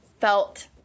felt